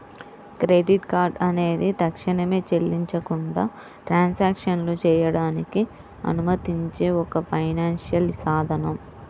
credit card అనేది తక్షణమే చెల్లించకుండా ట్రాన్సాక్షన్లు చేయడానికి అనుమతించే ఒక ఫైనాన్షియల్ సాధనం